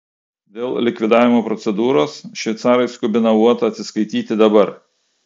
dėl likvidavimo procedūros šveicarai skubina uotą atsiskaityti dabar